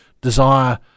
desire